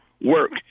work